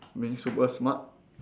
mean super smart